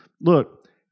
Look